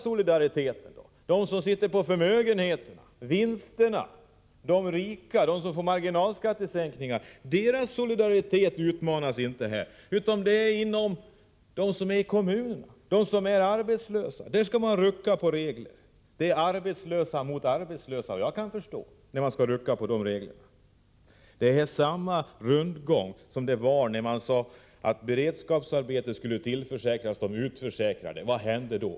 Solidariteten från dem som sitter på förmögenheterna och vinsterna, de rika och dem som får marginalskattesänkningarna utmanas ju inte. Det är de arbetslösa i kommunerna det gäller. När det gäller dem skall man rucka på reglerna — och då blir det arbetslösa mot arbetslösa. Det blir samma rundgång som när man sade att beredskapsarbeten skulle tillförsäkras de utförsäkrade. Vad hände då?